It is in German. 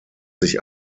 sich